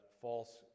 false